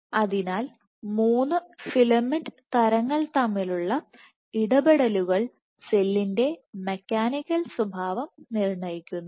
അതിനാൽ 3 ഫിലമെന്റ് തരങ്ങൾ തമ്മിലുള്ള ഇടപെടലുകൾ സെല്ലിന്റെ മെക്കാനിക്കൽ സ്വഭാവം നിർണ്ണയിക്കുന്നു